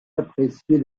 apprécié